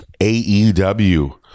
AEW